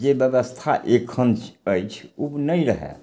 जे व्यवस्था एखन अछि ओ नहि रहय